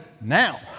now